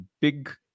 big